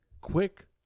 quick